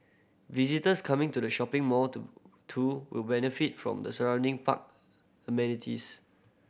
visitors coming to the shopping mall to too will benefit from the surrounding park amenities